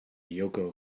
yoko